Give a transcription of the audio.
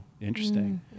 interesting